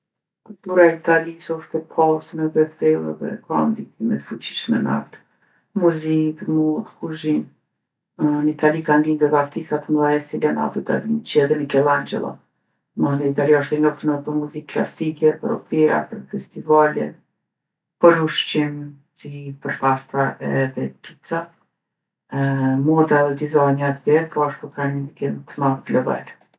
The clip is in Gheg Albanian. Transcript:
Kultura e Italisë osht e pasun edhe e thellë edhe ka ndikime t'fuqishme n'art, n'muzikë, n'modë, n'kuzhinë. Në Itali kanë lindë edhe artista m'dhej, si Leonardo Da Vinçi edhe Mikellangjello. Mandej italia osht e njoftun edhe për muzikë klasike, për opera, për festivale, për ushqim si për pasta edhe pica. Moda edhe dizajni atje poashtu kanë një ndikim t'madh global.